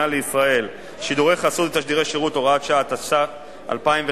לישראל (שידורי חסות ותשדירי שירות) בדרך כלל,